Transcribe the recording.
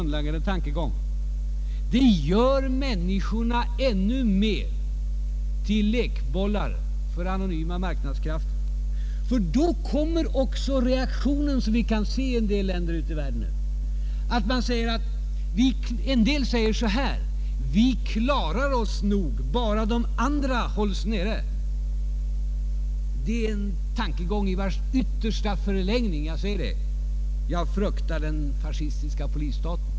Det gör människorna i ännu högre grad till lekbollar för anonyma marknadskrafter. Och mot en sådan grundläggande tankegång kommer det slags reaktioner som vi kan se i en del länder ute i världen, nämligen att somliga säger: Vi klarar oss nog, bara de andra hålls nere. Det är en tankegång i vars yttersta förlängning — jag understryker det — jag fruktar den fascistiska polisstaten.